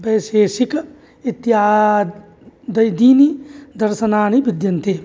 वैशेषिकम् इत्यादीनि दर्शनानि विद्यन्ते